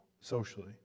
socially